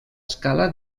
scala